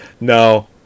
No